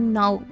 now